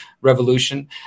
revolution